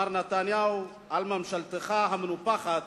מר נתניהו, על ממשלתך המנופחת,